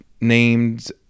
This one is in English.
named